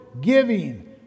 giving